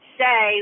say